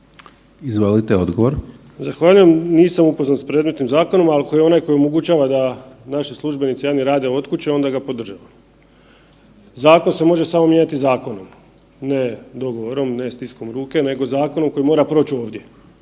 Stjepan (HNS)** Zahvaljujem. Nisam upoznat s predmetnim zakonom, ako je onaj koji omogućava da naši službenici javni rade od kuće onda ga podržavam. Zakon se može samo mijenjati zakonom, ne dogovorom, ne stiskom ruke, nego zakonom koji mora proći ovdje.